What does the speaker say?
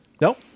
nope